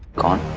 god!